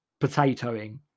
potatoing